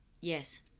Yes